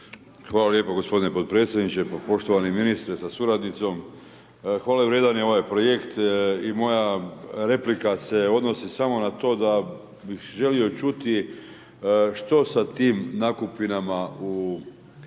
Hvala lijepo gospodine podpredsjedniče, pa poštovani ministre sa suradnicom, hvale vrijedan je ovaj projekt i moja replika se odnosi samo na to da bih želio čuti što sa tim nakupinama u